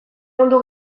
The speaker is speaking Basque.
mundu